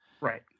Right